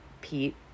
Pete